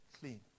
clean